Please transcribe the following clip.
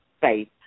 faith